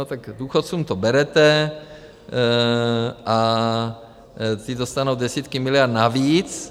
No tak důchodcům to berete a ty dostanou desítky miliard navíc.